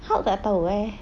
hulk tak tahu eh